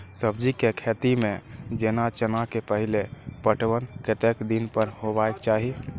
सब्जी के खेती में जेना चना के पहिले पटवन कतेक दिन पर हेबाक चाही?